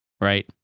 Right